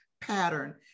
pattern